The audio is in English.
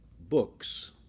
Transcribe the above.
books